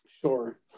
Sure